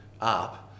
up